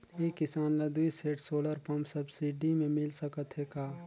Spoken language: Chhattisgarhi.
एक किसान ल दुई सेट सोलर पम्प सब्सिडी मे मिल सकत हे का?